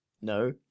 No